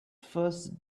first